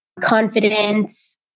confidence